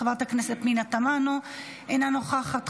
חברת הכנסת פנינה תמנו, אינה נוכחת,